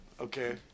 Okay